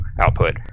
output